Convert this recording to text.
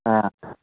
ꯑꯥ